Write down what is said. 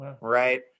right